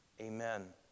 Amen